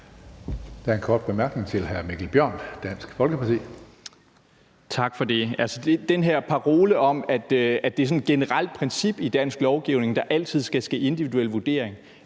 Der er en kort bemærkning til hr. Mikkel Bjørn, Dansk Folkeparti. Kl. 16:29 Mikkel Bjørn (DF): Tak for det. Den her parole om, at det er sådan et generelt princip i dansk lovgivning, at der altid skal ske en individuel vurdering,